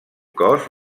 cos